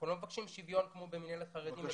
אנחנו לא מבקשים שוויון כמו במינהלת החרדים.